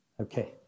Okay